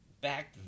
back